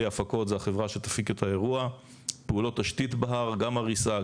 הפקות" זו החברה שתפיק את האירוע; פעולות תשתית בהר גם הריסה,